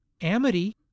amity